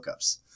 lookups